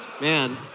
man